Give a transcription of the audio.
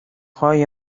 های